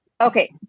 Okay